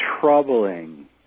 troubling